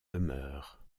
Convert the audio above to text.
demeure